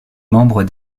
membres